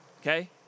okay